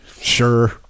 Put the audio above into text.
Sure